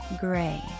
Gray